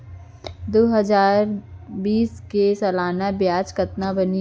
दू हजार बीस के सालाना ब्याज कतना बनिस?